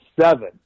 seven